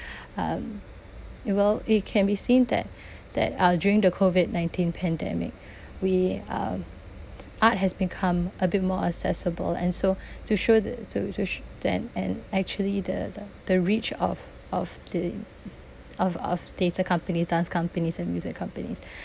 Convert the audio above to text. um well it can be seen that that uh during the COVID nineteen pandemic we uh art has become a bit more accessible and so to show the to to sh~ then and actually the the reach of of the of of data companies dance companies and music companies